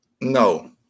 No